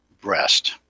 breast